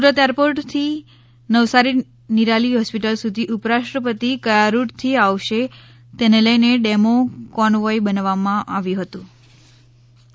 Surat airport થી Navsari Nirali hospital સુધી ઉપરાષ્ટ્રપતિ કયા રૂટ થી આવશે તેને લઈને ડેમો કોનવોય બનાવવામાં આવ્યું હતું સીએમ એમ